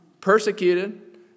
persecuted